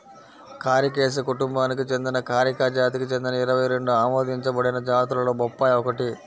కారికేసి కుటుంబానికి చెందిన కారికా జాతికి చెందిన ఇరవై రెండు ఆమోదించబడిన జాతులలో బొప్పాయి ఒకటి